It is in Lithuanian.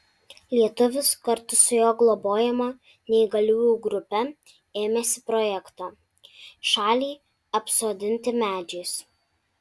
lietuvis kartu su jo globojama neįgaliųjų grupe ėmėsi projekto šalį apsodinti medžiais